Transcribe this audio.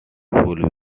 fools